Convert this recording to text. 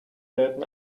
läden